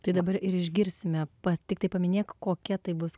tai dabar ir išgirsime pat tiktai paminėk kokia tai bus